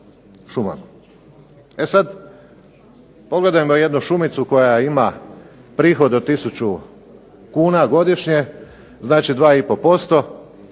E sad pogledajmo jednu šumicu koja ima prihod od tisuću kuna godišnje, znači 2